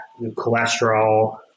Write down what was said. cholesterol